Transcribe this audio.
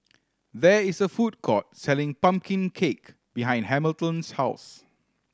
there is a food court selling pumpkin cake behind Hamilton's house